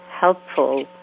helpful